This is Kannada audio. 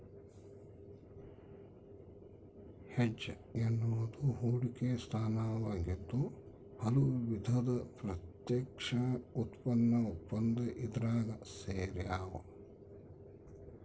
ಹೆಡ್ಜ್ ಎನ್ನುವುದು ಹೂಡಿಕೆಯ ಸ್ಥಾನವಾಗಿದ್ದು ಹಲವು ವಿಧದ ಪ್ರತ್ಯಕ್ಷ ಉತ್ಪನ್ನ ಒಪ್ಪಂದ ಇದ್ರಾಗ ಸೇರ್ಯಾವ